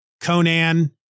Conan